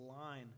line